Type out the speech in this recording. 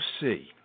see